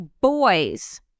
boys